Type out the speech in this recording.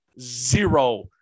zero